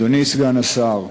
אדוני סגן השר,